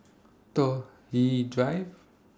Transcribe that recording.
Toh Yi Drive